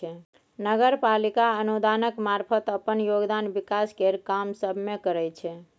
नगर पालिका अनुदानक मारफत अप्पन योगदान विकास केर काम सब मे करइ छै